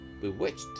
bewitched